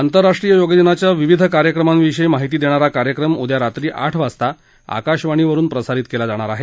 आंतरराष्ट्रीय योग दिनाच्या विविध कार्यक्रमांविषयी माहिती देणारा कार्यक्रम उद्या रात्री आठ वाजता आकाशवाणीवरुन प्रसारित केला जाणार आहे